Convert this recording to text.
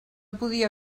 podia